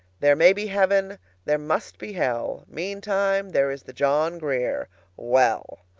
there may be heaven there must be hell meantime, there is the john grier well!